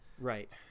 Right